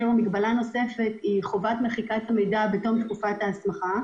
מגבלה נוספת היא חובת מחיקת המידע בתום תקופת ההסמכה.